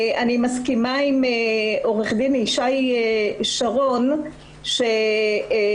אני מסכימה עם עורך דין ישי שרון שיש